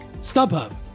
StubHub